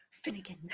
Finnegan